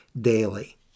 daily